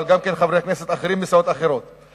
אבל גם של חברי כנסת אחרים מסיעות אחרות,